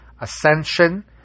ascension